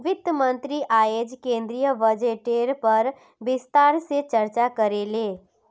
वित्त मंत्री अयेज केंद्रीय बजटेर पर विस्तार से चर्चा करले